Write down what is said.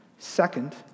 Second